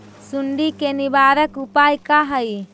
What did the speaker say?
सुंडी के निवारक उपाय का हई?